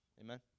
Amen